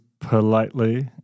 politely